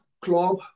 club